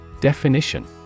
Definition